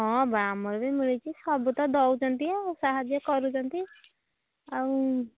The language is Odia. ହଁ ବା ଆମର ବି ମିଳୁଛି ସବୁ ତ ଦେଉଛନ୍ତି ଆଉ ସାହାଯ୍ୟ କରୁଛନ୍ତି ଆଉ